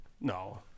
No